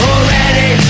Already